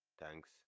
Thanks